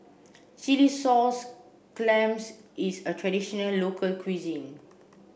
Chilli Sauce clams is a traditional local cuisine